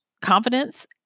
confidence